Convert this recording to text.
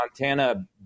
Montana